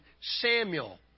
Samuel